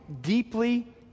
deeply